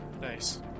Nice